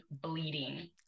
bleeding